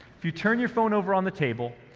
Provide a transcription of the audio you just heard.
if you turn your phone over on the table,